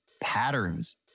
patterns